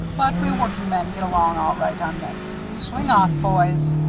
but we workingmen get along all right on this. swing off, boys.